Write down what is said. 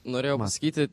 norėjau pasakyti